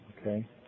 Okay